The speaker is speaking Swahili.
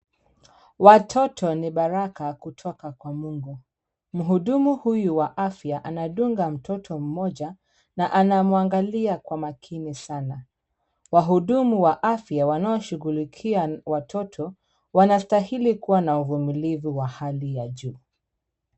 Watoto ni baraka kutoka kwa Mungu. Mhudumu huyu wa afya anadunga mtoto mmoja na anamwangalia kwa makini sana. Wahudumu wa afya wanaoshughulikia watoto, wanastahili kuwa na uvumilivu wa hali ya juu.